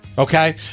Okay